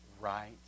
right